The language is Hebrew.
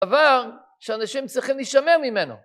עבר שאנשים צריכים להישמר ממנו.